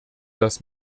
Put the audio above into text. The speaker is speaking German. das